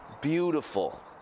Beautiful